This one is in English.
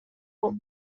books